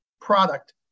product